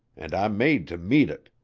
and i made to meet it.